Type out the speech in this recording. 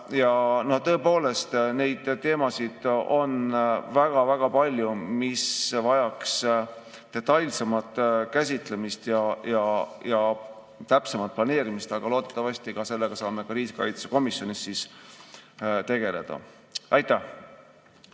tõepoolest, neid teemasid on väga-väga palju, mis vajaksid detailsemat käsitlemist ja täpsemat planeerimist, aga loodetavasti sellega saame riigikaitsekomisjonis tegeleda. Aitäh!